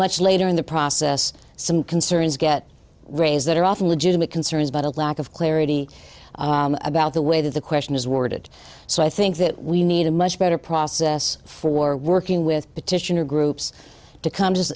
much later in the process some concerns get raised that are often legitimate concerns about a lack of clarity about the way that the question is worded so i think that we need a much better process for working with petitioner groups to come to